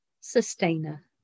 sustainer